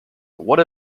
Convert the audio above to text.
what